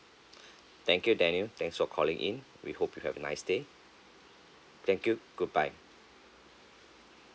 thank you daniel thanks for calling in we hope you have a nice day thank you goodbye